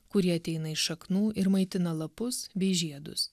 kurie ateina iš šaknų ir maitina lapus bei žiedus